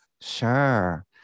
sure